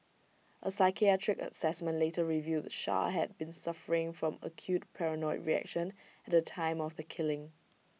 A psychiatric Assessment later revealed char had been suffering from acute paranoid reaction at the time of the killing